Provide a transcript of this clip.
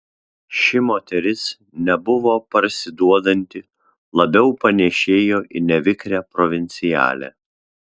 ši moteris nebuvo parsiduodanti labiau panėšėjo į nevikrią provincialę